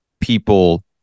people